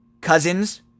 Cousins